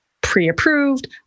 pre-approved